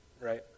Right